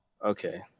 Okay